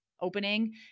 opening